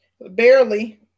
barely